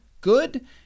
good